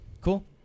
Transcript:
Cool